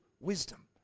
Wisdom